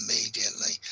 immediately